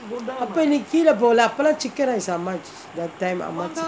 அப்போ நீ கீலே போலா அப்பலாம்:appo nee kizhae polaa appolaam chicken rice how much that time how much